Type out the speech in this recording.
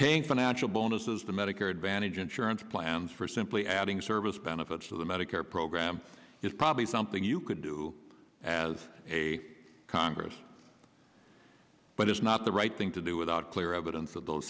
paying financial bonuses the medicare advantage insurance plans for simply adding service benefits to the medicare program is probably something you could do as a congress but it's not the right thing to do without clear evidence that those